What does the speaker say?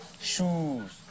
shoes